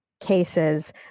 cases